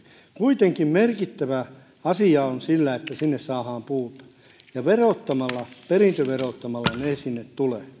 kuitenkin merkittävä asia on se että sinne saadaan puuta ja verottamalla perintöverottamalla sitä ei sinne tule